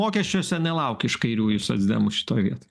mokesčiuose nelauk iš kairiųjų socdemų šitoj vietoj